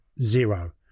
zero